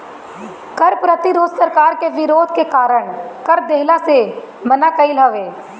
कर प्रतिरोध सरकार के विरोध के कारण कर देहला से मना कईल हवे